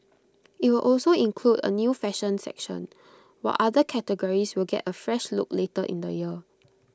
IT will also include A new fashion section while other categories will get A fresh look later in the year